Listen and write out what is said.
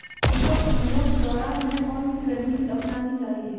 कीटों के हमलों के दौरान हमें कौन सी रणनीति अपनानी चाहिए?